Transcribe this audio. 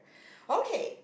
okay